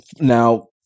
now